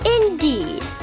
Indeed